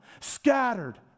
scattered